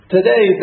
Today